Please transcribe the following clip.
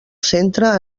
centre